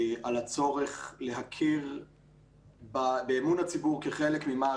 על הצורך להכיר באמון הציבור כחלק ממה